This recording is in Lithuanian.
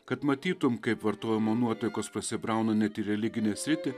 kad matytum kaip vartojimo nuotaikos prasibrauna net į religinę sritį